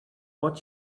what